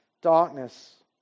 darkness